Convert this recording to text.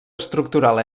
estructural